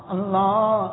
Allah